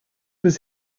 was